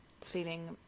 feeling